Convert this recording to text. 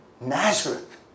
Nazareth